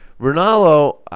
Ronaldo